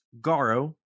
Garo